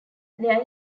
there